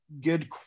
good